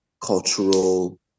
cultural